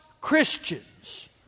Christians